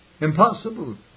Impossible